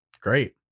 great